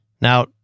Now